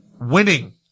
winning